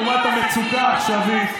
לא הצליחו להעביר כאן חוק של דמי אבטלה,